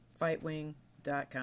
Fightwing.com